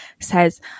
says